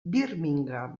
birmingham